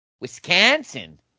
Wisconsin